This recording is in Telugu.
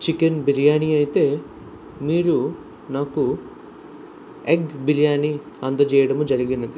చికెన్ బిర్యానీ అయితే మీరు నాకు ఎగ్ బిర్యానీ అందచేయడం జరిగింది